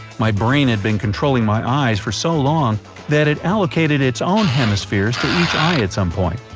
my brain had been controlling my eyes for so long that it allocated its own hemispheres to each eye at some point.